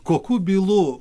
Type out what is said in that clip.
kokių bylų